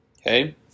Okay